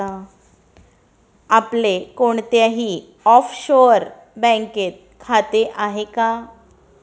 आपले कोणत्याही ऑफशोअर बँकेत खाते आहे का?